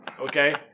Okay